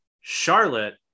Charlotte